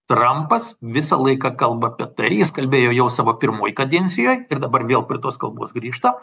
trampas visą laiką kalba apie tai jis kalbėjo jau savo pirmoj kadencijoj ir dabar vėl prie tos kalbos grįžta